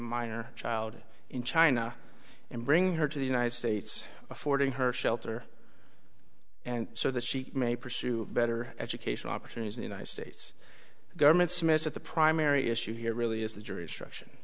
minor child in china and bring her to the united states affording her shelter and so that she may pursue better educational opportunities in the united states government smith said the primary issue here really is the jury instruction